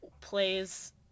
plays